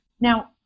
Now